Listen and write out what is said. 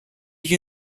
you